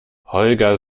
holger